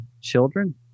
children